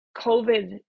COVID